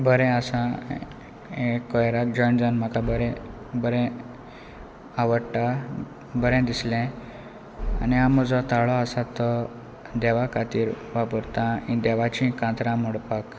बरें आसा हें कॉयराक जॉयन जावन म्हाका बरे बरे आवडटा बरें दिसलें आनी हांव म्हजो ताळो आसा तो देवा खातीर वापरता देवाची कांतरां म्हणपाक